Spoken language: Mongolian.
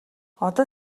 одоо